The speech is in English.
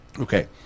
Okay